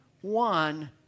one